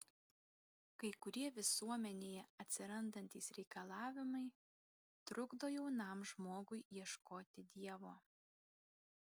kai kurie visuomenėje atsirandantys reikalavimai trukdo jaunam žmogui ieškoti dievo